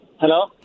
Hello